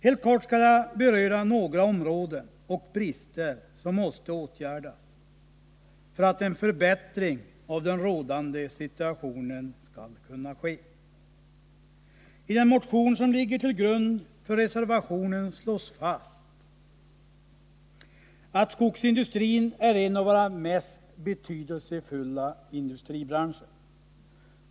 Helt kort skall jag beröra några brister som måste avhjälpas för att en förbättring av den rådande situationen skall kunna ske. I den motion som ligger till grund för reservationen slås fast att skogsindustrin är en av våra mest betydelsefulla industribranscher.